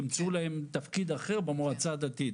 ימצאו להם תפקיד אחר במועצה הדתית,